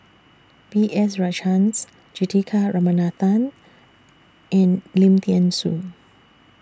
B S Rajhans Juthika Ramanathan and Lim Thean Soo